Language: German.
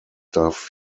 darf